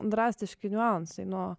drastiški niuansai nuo